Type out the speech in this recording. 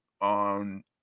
on